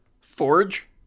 Forge